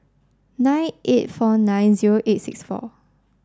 nine eight four nine zero eight six four